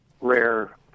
Rare